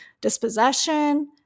dispossession